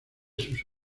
sus